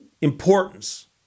importance